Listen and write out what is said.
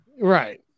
Right